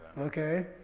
okay